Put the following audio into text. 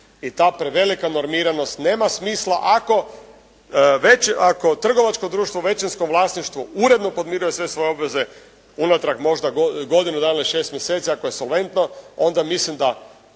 i ta prevelika normiranost, nema smisla ako, već ako trgovačko društvo u većinskom vlasništvu uredno podmiruje sve svoje obaveze unatrag možda godinu dana i 6 mjeseci, ako je solventno, onda mislim da